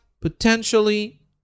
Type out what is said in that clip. Potentially